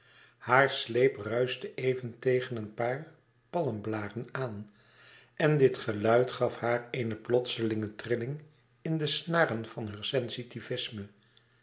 haar sleep ruischte even tegen een paar palmblâren aan en dit geluid gaf haar eene plotselinge trilling in de snaren van heur sensitivisme